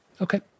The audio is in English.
Okay